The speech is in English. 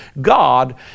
God